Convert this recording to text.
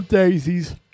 Daisies